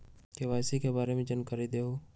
KYC के बारे में जानकारी दहु?